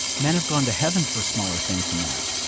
men have gone to heaven for smaller things than that.